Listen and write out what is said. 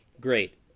Great